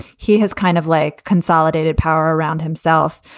he has kind of like consolidated power around himself.